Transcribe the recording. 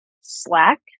slack